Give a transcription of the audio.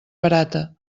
barata